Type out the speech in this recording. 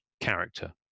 character